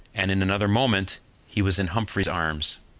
and in another moment he was in humphrey's arms.